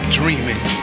dreaming